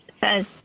says